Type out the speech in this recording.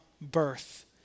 birth